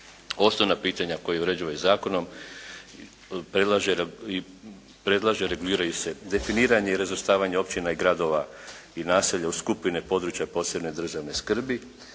Osnovna pitanja koja se uređuju ovim zakonom predlaže i reguliraju se definiranje i razvrstavanje općina i gradova i naselja u skupine od područja od posebne državne skrbi,